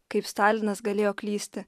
kaip stalinas galėjo klysti